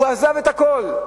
הוא עזב את הכול,